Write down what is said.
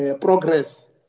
progress